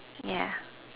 yeah